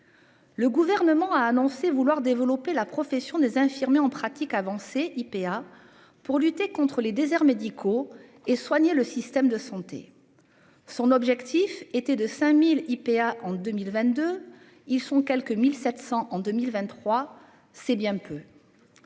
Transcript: Le gouvernement a annoncé vouloir développer la profession des infirmiers en pratique avancée IPA pour lutter contre les déserts médicaux et soigner le système de santé. Son objectif était de 5000 IPA en 2022, ils sont quelque 1700 en 2023. C'est bien peu.